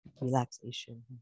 relaxation